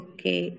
Okay